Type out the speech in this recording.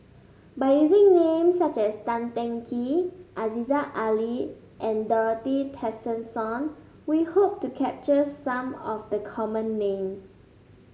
by using names such as Tan Teng Kee Aziza Ali and Dorothy Tessensohn we hope to capture some of the common names